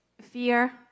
fear